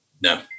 No